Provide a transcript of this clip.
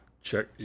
Check